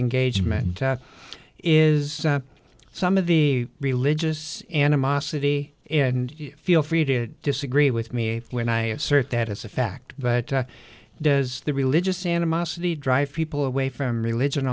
engagement is some of the religious animosity and feel free to disagree with me when i assert that as a fact but does the religious animosity drive people away from religion